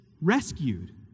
rescued